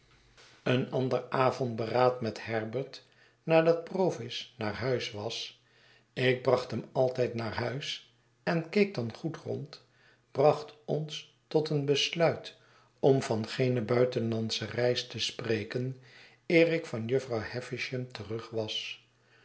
een ander avond beraad met herbert nadat provis naar huis was ik bracht hem altijd naar huis en keek dan goed rond bracht ons tot een besluit om van geene buitenlandsche reis te spreken eer ik van jufvrouw havisham terug was